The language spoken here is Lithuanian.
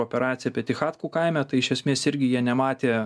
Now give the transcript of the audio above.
operacija petichatkų kaime tai iš esmės irgi jie nematė